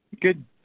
Good